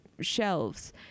shelves